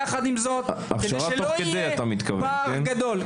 כדי שלא יהיה פער גדול.